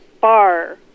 bar